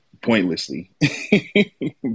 pointlessly